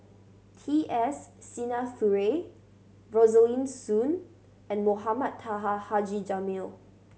T S Sinnathuray Rosaline Soon and Mohamed Taha Haji Jamil